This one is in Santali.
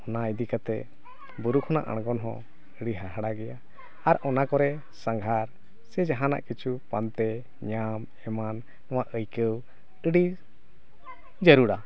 ᱚᱱᱟ ᱤᱫᱤ ᱠᱟᱛᱮᱫ ᱵᱩᱨᱩ ᱠᱷᱚᱱᱟᱜ ᱟᱬᱜᱚᱱ ᱦᱚᱸ ᱟᱹᱰᱤ ᱦᱟᱦᱟᱲᱟᱜ ᱜᱮᱭᱟ ᱟᱨ ᱚᱱᱟ ᱠᱚᱨᱮ ᱥᱟᱜᱷᱟᱨ ᱥᱮ ᱡᱟᱦᱟᱱᱟᱜ ᱠᱤᱪᱷᱩ ᱯᱟᱱᱛᱮ ᱧᱟᱢ ᱮᱢᱟᱱ ᱱᱚᱣᱟ ᱟᱹᱭᱠᱟᱹᱣ ᱟᱹᱰᱤ ᱡᱟᱹᱨᱩᱲᱟ